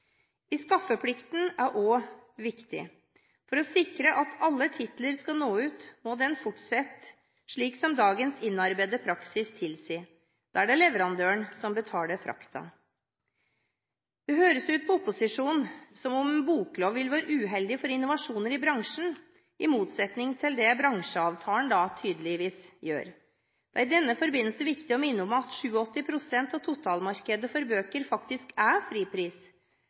forhandlingene. Skaffeplikten er også viktig. For å sikre at alle titler skal nå ut, må den fortsette slik som dagens innarbeidede praksis tilsier, der det er leverandøren som betaler frakten. Det høres ut på opposisjonen som om en boklov vil være uheldig for innovasjoner i bransjen, i motsetning til det bransjeavtalen da tydeligvis er. Det er i denne forbindelse viktig å minne om at 87 pst. av totalmarkedet for bøker faktisk er